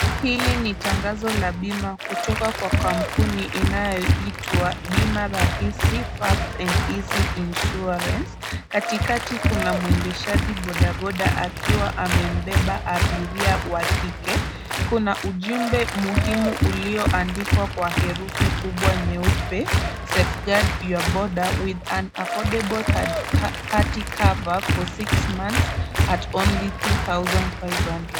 Hili ni tangazo la bima kutoka kwa kampuni inayoitwa Bima Rahisi First and Easy Insurance. Katikati kuna mwendeshaji bodaboda akiwa amembeba abiria wa kike. Kuna ujumbe muhimu ulioandikwa kwa herufi kubwa nyeupe safeguard your border with an affordable third party cover for six months at only two thousand five hundred .